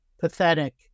pathetic